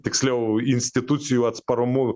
tiksliau institucijų atsparumu